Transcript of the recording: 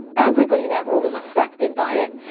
everybody in that room is affected by it.